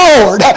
Lord